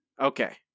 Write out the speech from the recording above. Okay